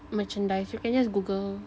merchandise you can just Google